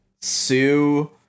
sue